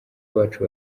bacu